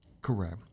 Correct